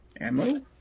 Ammo